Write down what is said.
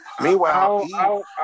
Meanwhile